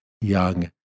young